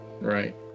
right